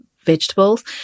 vegetables